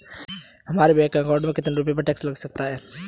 हमारे bank account में कितने रुपये पर टैक्स लग सकता है?